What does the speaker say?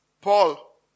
Paul